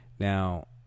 Now